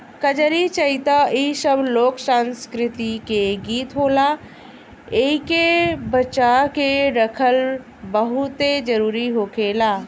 कजरी, चइता इ सब लोक संस्कृति के गीत होला एइके बचा के रखल बहुते जरुरी होखेला